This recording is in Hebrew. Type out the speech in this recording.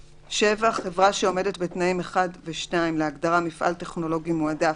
חברה שעומדת בתנאים 1 ו-2 להגדרה "מפעל טכנולוגי מועדף"